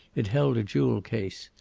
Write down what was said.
it held a jewel-case.